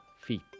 feet